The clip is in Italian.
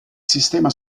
sistema